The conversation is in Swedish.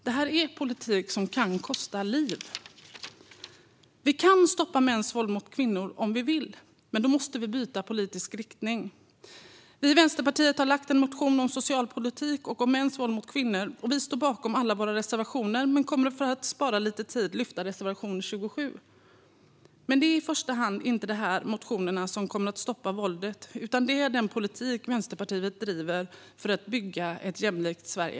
Det här är politik som kan kosta liv. Vi kan stoppa mäns våld mot kvinnor om vi vill, men då måste vi byta politisk riktning. Vi i Vänsterpartiet har väckt en motion om socialpolitik och om mäns våld mot kvinnor. Vi står bakom alla våra reservationer, men för att spara lite tid yrkar vi bifall bara till reservation 27. Men det är inte i första hand de här motionerna som kommer att stoppa våldet, utan det är den politik som Vänsterpartiet driver för att bygga ett jämlikt Sverige.